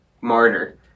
martyr